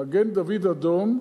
מגן-דוד-אדום,